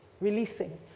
releasing